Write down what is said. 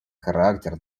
характер